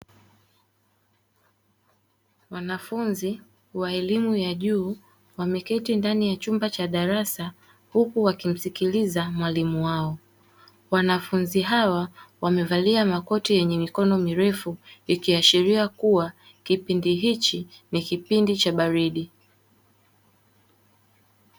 Wanafunzi wa elimu ya juu wameketi ndani ya chumba cha darasa huku wakimsikiliza mwalimu wao, wanafunzi hawa wamevalia makoti yenye mikono mirefu ikiashiria kuwa kipindi hichi ni kipindi cha baridi.